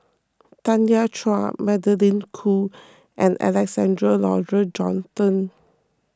Tanya Chua Magdalene Khoo and Alexander Laurie Johnston